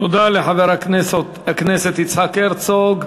תודה לחבר הכנסת יצחק הרצוג.